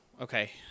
Okay